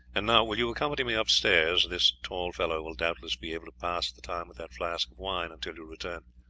and now, will you accompany me upstairs this tall fellow will doubtless be able to pass the time with that flask of wine until you return.